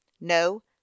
No